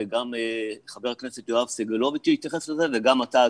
וגם חבר הכנסת יואב סגלוביץ' שהתייחס לזה וגם אתה,